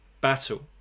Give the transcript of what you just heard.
battle